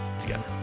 together